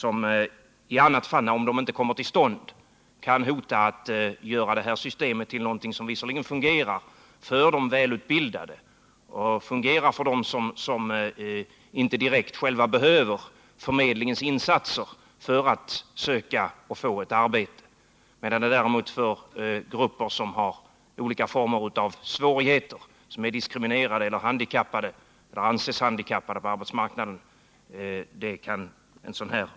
Om sådana inte kommer till stånd kan systemet visserligen fungera för de välutbildade och för dem som inte direkt behöver förmedlingens insatser för att söka och få ett arbete, men det kommer att fungera dåligt för grupper som har olika former av svårigheter, som är diskriminerade eller som anses som handikappade på arbetsmarknaden.